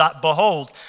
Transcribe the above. Behold